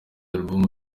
album